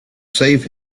save